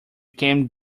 came